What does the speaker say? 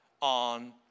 on